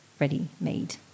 ready-made